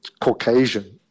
Caucasian